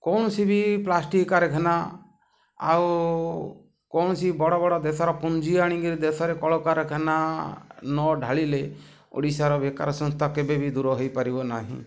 କୌଣସି ବି ପ୍ଲାଷ୍ଟିକ୍ କାରାଖାନା ଆଉ କୌଣସି ବଡ଼ ବଡ଼ ଦେଶର ପୁଞ୍ଜି ଆଣିକିରି ଦେଶରେ କଳକାରଖାନା ନ ଢ଼ାଳିଲେ ଓଡ଼ିଶାର ବେକାର ସଂସ୍ଥା କେବେ ବି ଦୂର ହୋଇପାରିବ ନାହିଁ